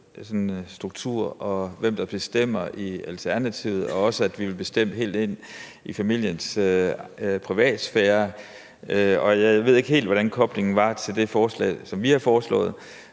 hvem der bestemmer i Alternativet, og også at vi vil bestemme helt ind i familiens privatsfære. Og jeg ved ikke helt, hvordan koblingen var til det forslag, som vi har foreslået.